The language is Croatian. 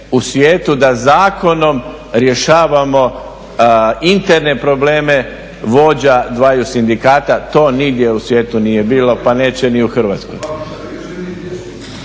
u svijetu da zakonom rješavamo interne probleme vođa dvaju sindikata, to nigdje u svijetu nije bilo pa neće ni u Hrvatskoj.